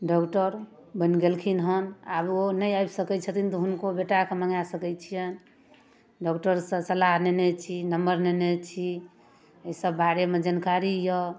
doctor बनि गेलखिन हन आब ओ नहि आबि सकै छथिन तऽ हुनको बेटाके मङ्गा सकै छियनि डॉक्टरसँ सलाह लेने छी नंबर लेने छी अइ सब बारेमे जनकारी यऽ